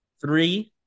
three